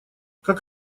как